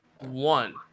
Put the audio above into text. one